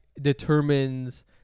determines